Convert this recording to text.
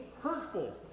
hurtful